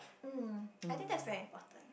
mm I think that's very important